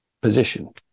position